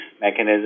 mechanism